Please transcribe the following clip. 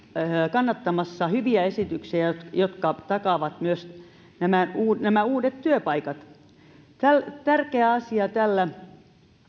kannattamassa hyviä esityksiä jotka takaavat myös nämä uudet työpaikat myös tärkeä asia tällä